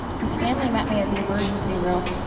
his family met me at the emergency room.